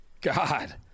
God